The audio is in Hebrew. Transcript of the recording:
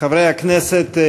חברי הכנסת,